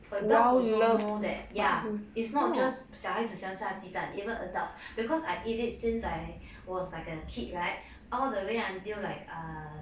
adults also know that ya it's not just 小孩子喜欢吃她鸡蛋 even adults because I eat it since I was like a kid right all the way until like um